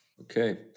Okay